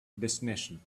destination